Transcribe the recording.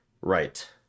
Right